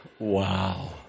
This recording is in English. Wow